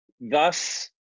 Thus